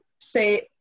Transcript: say